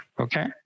Okay